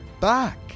back